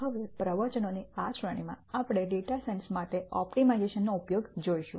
હવે પ્રવચનોની આ શ્રેણીમાં આપણે ડેટા સાયન્સ માટે ઓપ્ટિમાઇઝેશન નો ઉપયોગ જોશું